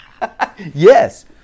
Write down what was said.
Yes